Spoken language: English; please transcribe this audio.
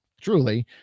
truly